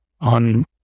on